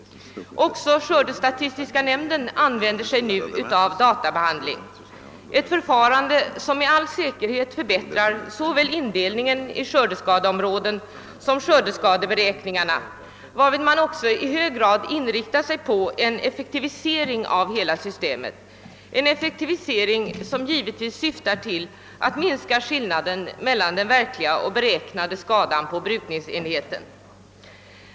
Också skördestatistiska nämnden använder sig nu av databehandling, ett förfarande som med all säkerhet förbättrar såväl indelningen i skördeskadeområden som skördeskadeberäkningarna, varvid man i hög grad inriktat sig på en effektivisering av hela systemet, en effektivisering som givetvis syftar till att minska skillnaden mellan den verkliga och den beräknade skadan på brukningsenheten.